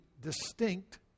distinct